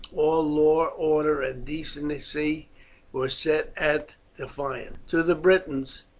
all law, order, and decency were set at defiance. to the britons,